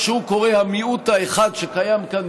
מה שהוא קורא המיעוט האחד שקיים כאן,